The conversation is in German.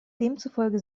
demzufolge